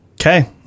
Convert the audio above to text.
Okay